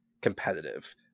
competitive